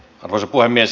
arvoisa puhemies